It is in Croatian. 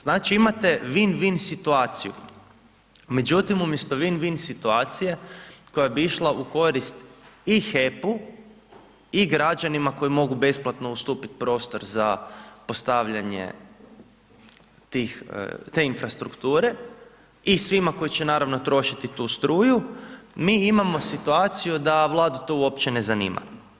Znači imate win-win situacija, međutim umjesto win-win situacije koja bi išla u korist i HEP-u i građanima koji mogu besplatno ustupiti prostor za postavljanje te infrastrukture i svima koji će naravno trošiti tu struju mi imamo situaciju da Vladu to uopće ne zanima.